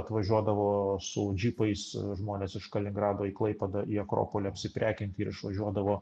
atvažiuodavo su džipais žmonės iš kaliningrado į klaipėdą į akropolį apsiprekint ir išvažiuodavo